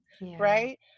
right